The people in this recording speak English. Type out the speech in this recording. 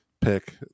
pick